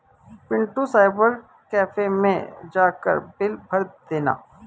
Pintu cyber cafe मैं जाकर bill भर देना